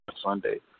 Sunday